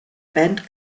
band